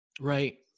Right